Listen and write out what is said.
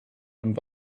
und